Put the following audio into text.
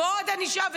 ועוד ענישה,